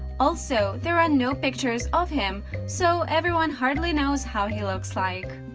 also, there are no pictures of him so, everyone hardly knows how he looks like.